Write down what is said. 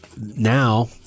now